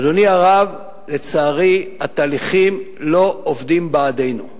אדוני הרב, לצערי התהליכים לא עובדים בעדנו.